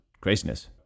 craziness